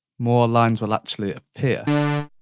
more lines will actually appear.